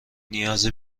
نیازی